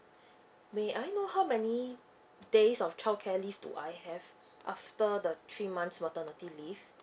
may I know how many days of childcare leave do I have after the three months maternity leave